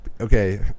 Okay